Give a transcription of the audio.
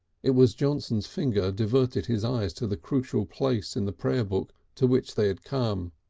it was johnson's finger diverted his eyes to the crucial place in the prayer-book to which they had come.